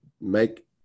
make